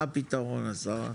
מה הפתרון השרה?